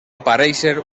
aparèixer